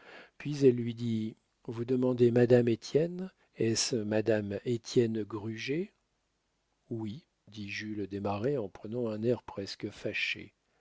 puis elle lui dit vous demandez madame étienne est-ce madame étienne gruget oui dit jules desmarets en prenant un air presque fâché